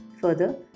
Further